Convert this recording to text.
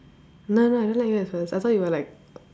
no no I don't like you at first I thought you were like